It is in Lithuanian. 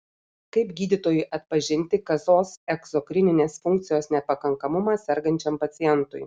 kaip gydytojui atpažinti kasos egzokrininės funkcijos nepakankamumą sergančiam pacientui